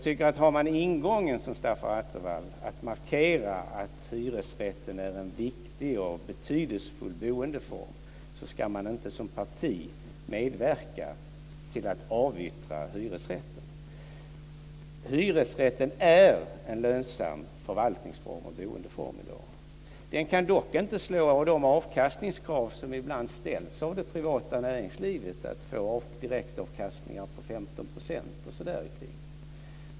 Har man den ingång som Stefan Attefall har, att markera att hyresrätten är en viktig och betydelsefull boendeform, ska man inte som parti medverka till att avyttra hyresrätter. Hyresrätten är en lönsam förvaltningsform och boendeform i dag. Den kan dock inte svara mot de avkastningskrav som ibland ställs av det privata näringslivet, att få en direktavkastning på 15 % och så där omkring.